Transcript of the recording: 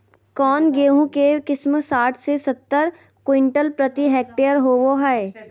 कौन गेंहू के किस्म साठ से सत्तर क्विंटल प्रति हेक्टेयर होबो हाय?